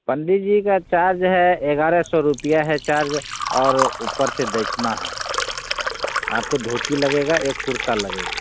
पंडीत जी का चार्ज है ग्यारह सौ रूपीया है चार्ज और ऊपर से दक्षिणा है आपको धोती लगेगा एक कुर्ता लगेगा